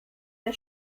der